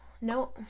No